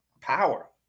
Power